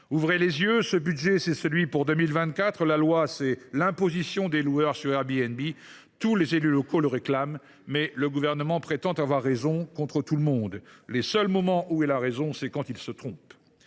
Ouvrons les yeux ! Ce budget, c’est celui pour 2024. La loi, c’est l’imposition des loueurs sur Airbnb. Tous les élus locaux la réclament, mais le Gouvernement prétend avoir raison contre tout le monde. Les seuls moments où il a raison, c’est quand il se trompe…